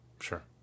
Sure